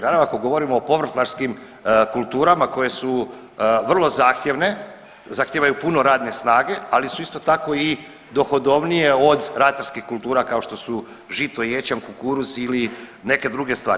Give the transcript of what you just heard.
Naravno ako govorimo o povrtlarskim kulturama koje su vrlo zahtjevne, zahtijevaju puno radne snage ali su isto tako i dohodovnije od ratarskih kultura kao što su žito, ječam, kukuruz ili neke druge stvari.